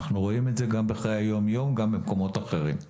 אנחנו רואים את זה גם בחיי היום-יום וגם במקומות אחרים,